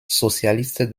socialiste